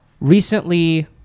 recently